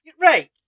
right